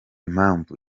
mpamvu